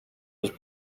was